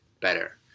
better